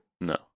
No